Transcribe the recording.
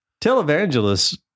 Televangelists